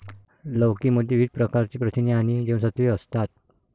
लौकी मध्ये विविध प्रकारची प्रथिने आणि जीवनसत्त्वे असतात